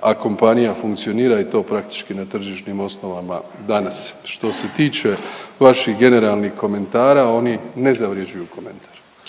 a kompanija funkcionira i to praktički na tržišnim osnovama danas. Što se tiče vaših generalnih komentara, oni ne zavrjeđuju komentar.